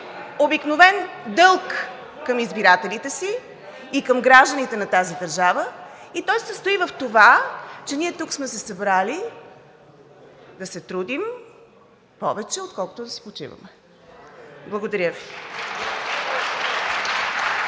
обикновен дълг към избирателите си и към гражданите на тази държава. Той се състои в това, че ние тук сме се събрали да се трудим повече, отколкото да си почиваме. Благодаря Ви.